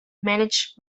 managed